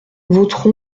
votre